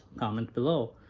comment below